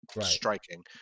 Striking